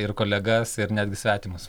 ir kolegas ir netgi svetimus